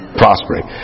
prospering